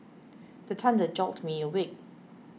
the thunder jolt me awake